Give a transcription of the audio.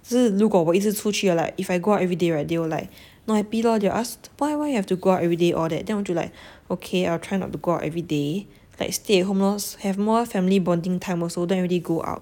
所以如果我一直出去 hor like if I go out everyday right they will like not happy lor they will ask why why you have to go out everyday all that then 我就 like okay I'll try not to go out everyday like stay home lor have more family bonding time also don't really go out